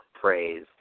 praise